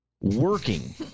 working